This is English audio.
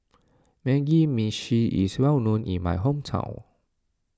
Mugi Meshi is well known in my hometown